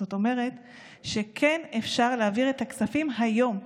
זאת אומרת שכן אפשר להעביר את הכספים היום.